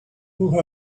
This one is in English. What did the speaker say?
who